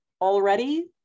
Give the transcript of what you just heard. already